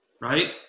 right